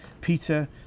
Peter